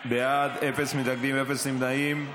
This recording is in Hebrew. בעד, אפס מתנגדים, אפס נמנעים.